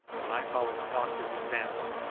and i followed the doctor's example,